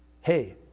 Hey